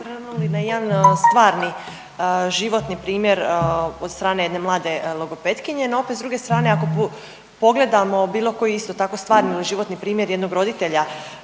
na jedan stvarni životni primjer od strane jedne mlade logopetkinje, no opet s druge strane ako pogledamo bilo koji isto tako stvarni ili životni primjer jednog roditelja